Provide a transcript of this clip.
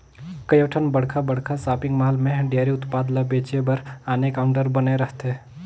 कयोठन बड़खा बड़खा सॉपिंग मॉल में डेयरी उत्पाद ल बेचे बर आने काउंटर बने रहथे